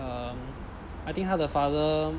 um I think 她的 father